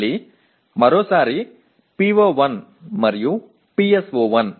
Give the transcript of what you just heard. மீண்டும் மீண்டும் PO1 மற்றும் PSO1